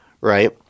right